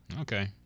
Okay